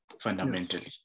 fundamentally